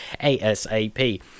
asap